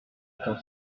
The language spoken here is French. étant